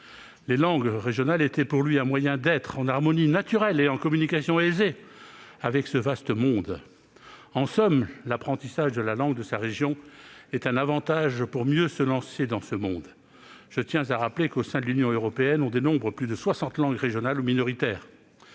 Les langues régionales étaient pour lui un moyen d'être « en harmonie naturelle, en communication aisée avec ce vaste monde ». En somme, l'apprentissage de la langue de sa région est un avantage pour mieux se lancer dans le monde. Je tiens à rappeler que, au sein de l'Union européenne, on dénombre plus de 60 langues régionales ou minoritaires.